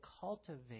cultivate